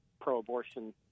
pro-abortion